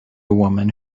woman